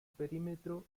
perímetro